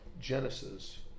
Genesis